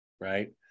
Right